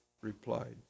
replied